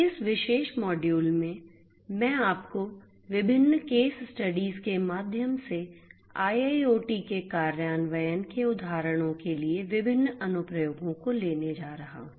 इस विशेष मॉड्यूल में मैं आपको विभिन्न केस स्टडीज के माध्यम से IIoT के कार्यान्वयन के उदाहरणों के लिए विभिन्न अनुप्रयोगों को लेने जा रहा हूं